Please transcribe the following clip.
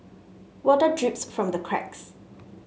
water drips from the cracks